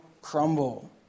crumble